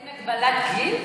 אין הגבלת גיל?